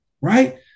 Right